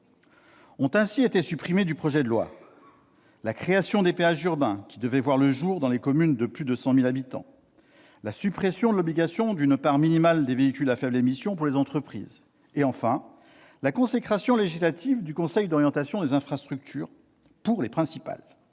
Ont ainsi été retirées du projet de loi la création des péages urbains, qui devaient voir le jour dans les communes de plus de 100 000 habitants, la suppression de l'obligation d'une part minimale de véhicules à faibles émissions pour les entreprises et, enfin, la consécration législative du Conseil d'orientation des infrastructures. Voilà pour les principales,